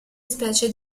specie